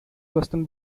western